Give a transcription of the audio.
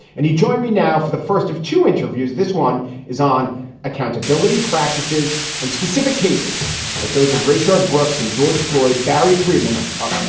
and he joined me now for the first of two interviews. this one is on accountability practices in and specific cases like those of rashad brooks and george floyd, barry friedman of